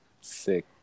Sick